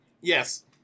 Yes